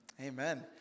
Amen